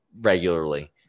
regularly